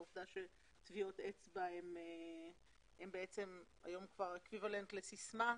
העובדה שטביעות אצבע הן היום כבר אקוויוולנט לסיסמה.